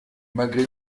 malgré